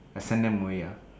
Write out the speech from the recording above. I send them away ah